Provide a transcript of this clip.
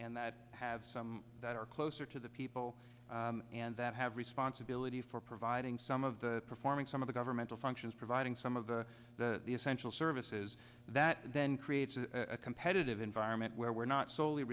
and that have some that are closer to the people and that have responsibility for providing some of the performing some of the governmental functions providing some of the essential services that then creates a competitive environ where we're not solely